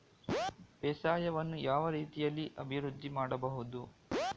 ಬೇಸಾಯವನ್ನು ಯಾವ ರೀತಿಯಲ್ಲಿ ಅಭಿವೃದ್ಧಿ ಮಾಡಬಹುದು?